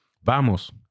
Vamos